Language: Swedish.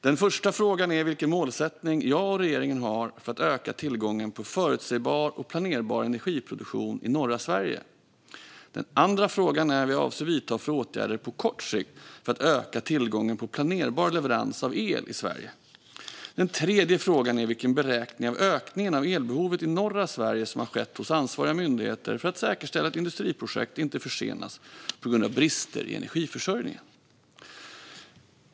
Den första frågan är vilken målsättning jag och regeringen har för att öka tillgången på förutsägbar och planerbar energiproduktion i norra Sverige. Den andra frågan är vilka åtgärder jag avser att vidta på kort sikt för att öka tillgången på planerbar leverans av el i Sverige. Den tredje frågan är vilken beräkning av ökningen av elbehovet i norra Sverige som har skett hos ansvariga myndigheter för att säkerställa att industriprojekt inte försenas på grund av brister i energiförsörjningen.